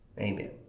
Amen